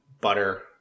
butter